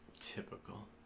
Typical